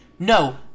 No